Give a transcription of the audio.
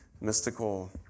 mystical